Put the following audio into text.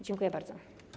Dziękuję bardzo.